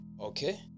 Okay